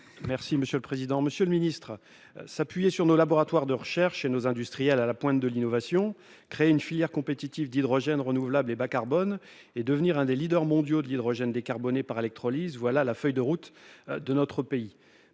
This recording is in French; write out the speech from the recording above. ? La parole est à M. Frédéric Marchand. S'appuyer sur nos laboratoires de recherche et sur nos industriels à la pointe de l'innovation, créer une filière compétitive d'hydrogène renouvelable et bas-carbone et devenir l'un des leaders mondiaux de l'hydrogène décarboné par électrolyse : telle est la feuille de route de notre pays